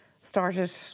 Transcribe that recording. started